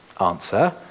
Answer